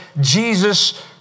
Jesus